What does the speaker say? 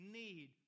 need